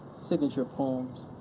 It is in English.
signature poems.